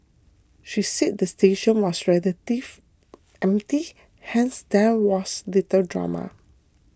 she said the station was relatively empty hence there was little drama